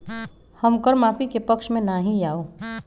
हम कर माफी के पक्ष में ना ही याउ